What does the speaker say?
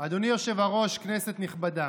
אדוני יושב הראש, כנסת נכבדה.